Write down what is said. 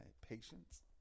patience